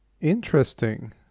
Interesting